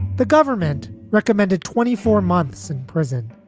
the government recommended twenty four months in prison,